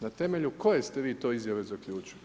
Na temelju koje ste vi to izjave zaključili?